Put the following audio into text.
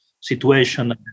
situation